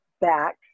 back